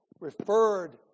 referred